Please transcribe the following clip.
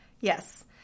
Yes